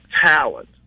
talent